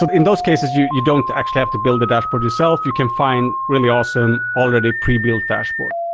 ah in those cases, you you don't actually have to build the dashboard yourself. you can find really awesome, already pre-built dashboard.